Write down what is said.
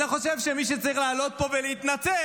אז אני חושב שמי שצריך לעלות פה ולהתנצל